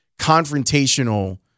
confrontational